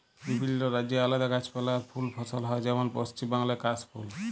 বিভিল্য রাজ্যে আলাদা গাছপালা আর ফুল ফসল হ্যয় যেমল পশ্চিম বাংলায় কাশ ফুল